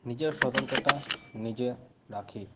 নিজের সতর্কতা নিজে রাখি